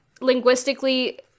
linguistically